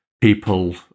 people